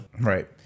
right